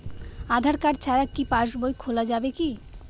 আধার card ছাড়া কি passbook খোলা যাবে কি?